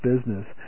business